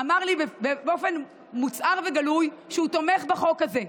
אמר לי באופן מוצהר וגלוי שהוא תומך בחוק הזה.